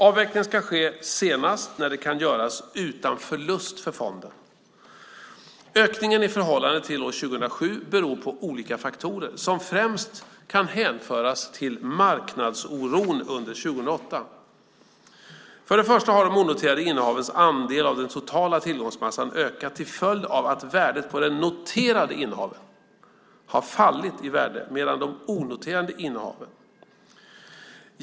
Avvecklingen ska ske senast när det kan göras utan förlust för fonden. Ökningen i förhållande till år 2007 beror på olika faktorer som främst kan hänföras till marknadsoron under 2008. För det första har de onoterade innehavens andel av den totala tillgångsmassan ökat till följd av att värdet på de noterade innehaven har fallit i värde mer än de onoterade innehaven.